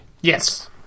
Yes